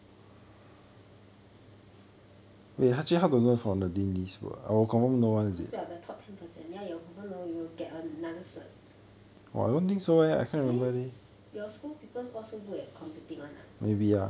because you are the top ten percent ya you will confirm know you will get another cert ya your school people all so good at computing [one] ah